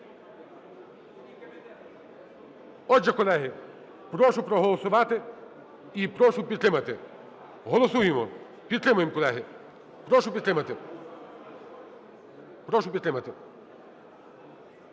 Отже, колеги, прошу проголосувати і прошу підтримати. Голосуємо, підтримуємо, колеги. Прошу підтримати.